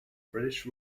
british